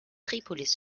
tripolis